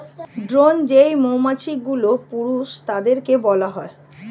drone যেই মৌমাছিগুলো, পুরুষ তাদেরকে বলা হয়